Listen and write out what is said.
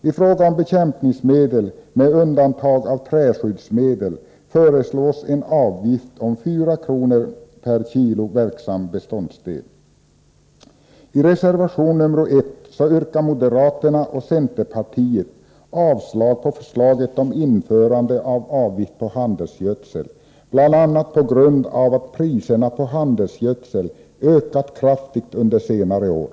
I fråga om bekämpningsmedel, med undantag av träskyddsmedel, föreslås en avgift om 4 kr. per kg verksam beståndsdel. I reservation nr 1 yrkar moderaterna och centerpartiet avslag på förslaget om införande av avgift på handelsgödsel bl.a. på grund av att priserna på handelsgödsel ökat kraftigt under senare år.